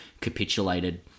capitulated